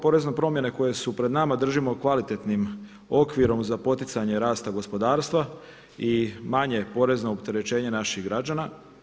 Porezne promjene koje su pred nama držimo kvalitetnim okvirom za poticanje rasta gospodarstva i manje porezno opterećenje naših građana.